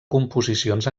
composicions